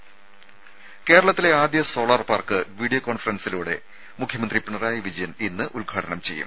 രുമ കേരളത്തിലെ ആദ്യ സോളാർ പാർക്ക് വീഡിയോ കോൺഫറൻസിലൂടെ മുഖ്യമന്ത്രി പിണറായി വിജയൻ ഉദ്ഘാടനം ചെയ്യും